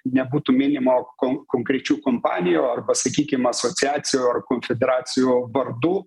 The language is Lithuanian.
nebūtų minima konkrečių kompanijų arba sakykim asociacijų ar konfederacijų vardų